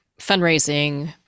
fundraising